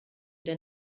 der